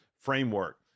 framework